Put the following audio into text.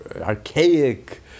archaic